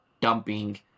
dumping